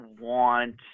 want